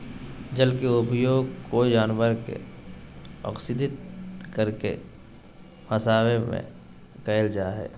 जल के उपयोग कोय जानवर के अक्स्र्दित करके फंसवे में कयल जा हइ